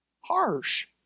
Harsh